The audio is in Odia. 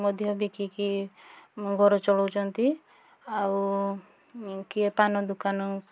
ମଧ୍ୟ ବିକିକି ଘର ଚଳାଉଛନ୍ତି ଆଉ କିଏ ପାନ ଦୋକାନ